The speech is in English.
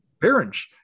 parents